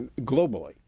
globally